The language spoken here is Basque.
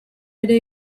ere